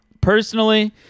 personally